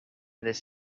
this